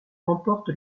remporte